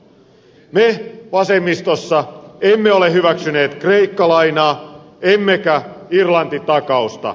me vasemmistossa emme ole hyväksyneet kreikka lainaa emmekä irlanti takausta